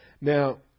now